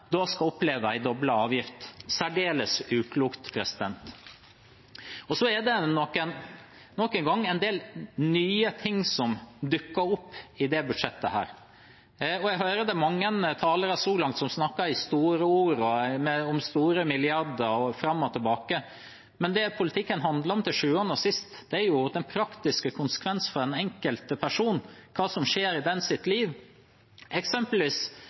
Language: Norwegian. skal oppleve en doblet avgift. Det er særdeles uklokt. Så er det, nok en gang, en del nye ting som dukker opp i dette budsjettet. Jeg hører det er mange talere så langt som snakker i store ord, om store milliardbeløp og fram og tilbake. Men det politikken handler om til sjuende og sist, er den praktiske konsekvensen for den enkelte person, hva som skjer i den personens liv, eksempelvis